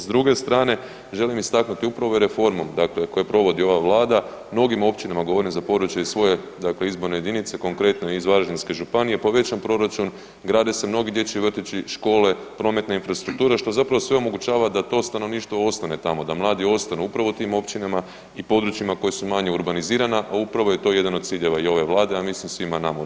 S druge strane želim istaknuti upravo ovu reformu dakle koju provodi ova vlada, mnogim općinama, govorim za područje iz svoje dakle izborne jedinice, konkretno iz Varaždinske županije, povećan je proračun, grade se mnogi dječji vrtići, škole, prometne infrastrukture, što zapravo sve omogućava da to stanovništvo ostane tamo, da mladi ostanu upravo u tim općinama i područjima koja su manje urbanizirana, a upravo je to i jedan od ciljeva i ove vlade, a ja mislim i svima nama u RH.